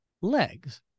legs